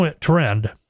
trend